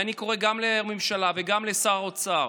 ואני קורא גם לממשלה וגם לשר האוצר: